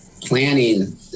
planning